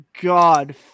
god